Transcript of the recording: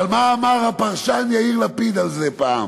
אבל מה אמר על זה הפרשן יאיר לפיד פעם?